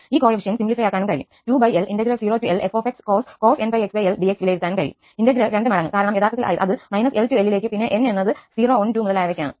ഈ ഗുണകങ്ങൾ സിംപ്ലിഫയ ആകാനും കഴിയും 2L0Lfcos nπxL dx വിലയിരുത്താനും കഴിയും ഇന്റെഗ്രേൽ 2മടങ്ങ്കാരണം യഥാർത്ഥത്തിൽ അത് −𝐿 to Lലേക്ക് പിന്നെ 𝑛 എന്നത് 0 1 2 മുതലായവയ്ക്കാണ്